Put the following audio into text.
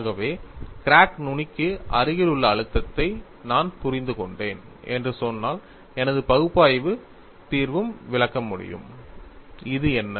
ஆகவே கிராக் நுனிக்கு அருகிலுள்ள அழுத்தத்தை நான் புரிந்து கொண்டேன் என்று சொன்னால் எனது பகுப்பாய்வு தீர்வும் விளக்க வேண்டும் இது என்ன